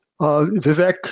Vivek